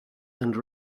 and